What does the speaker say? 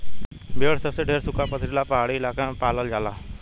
भेड़ सबसे ढेर सुखा, पथरीला आ पहाड़ी इलाका में पालल जाला